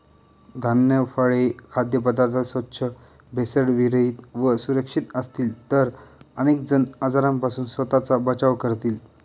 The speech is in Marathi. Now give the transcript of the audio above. धान्य, फळे, खाद्यपदार्थ स्वच्छ, भेसळविरहित व सुरक्षित असतील तर अनेक जण आजारांपासून स्वतःचा बचाव करतील